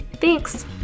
Thanks